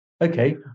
Okay